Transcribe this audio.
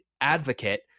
advocate